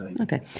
Okay